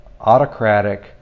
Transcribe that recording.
autocratic